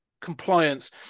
compliance